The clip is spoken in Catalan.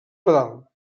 pedal